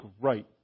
right